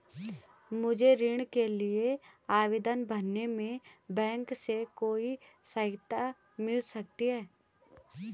मुझे ऋण के लिए आवेदन भरने में बैंक से कोई सहायता मिल सकती है?